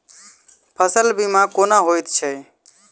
फसल बीमा कोना होइत छै?